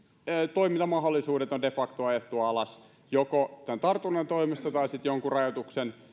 toimintamahdollisuudet on de facto ajettu alas joko tämän tartunnan toimesta tai sitten jonkun rajoituksen